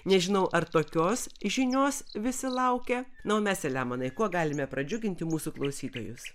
nežinau ar tokios žinios visi laukia na o mes selemonai kuo galime pradžiuginti mūsų klausytojus